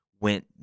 went